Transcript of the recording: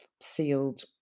sealed